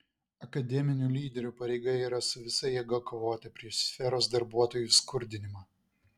akademinių lyderių pareiga yra su visa jėga kovoti prieš sferos darbuotojų skurdinimą